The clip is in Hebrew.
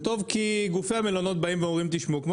זה טוב כי גופי המלונות אומרים: כמו